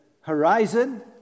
horizon